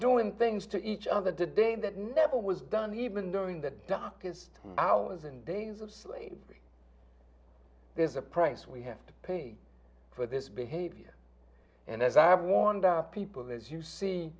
doing things to each other the day that never was done even during the darkest hours and days of slavery there's a price we have to pay for this behavior and as i've warned people as you see